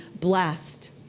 blessed